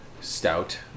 stout